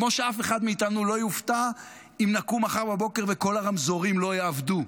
כמו שאף אחד מאיתנו לא יופתע אם נקום מחר בבוקר וכל הרמזורים לא יעבדו.